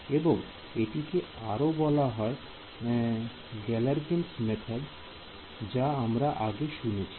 এবং এটিকে আরও বলা হয় Galerkin's মেথড যা আমরা আগে শুনেছি